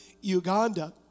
Uganda